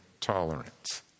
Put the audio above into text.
tolerance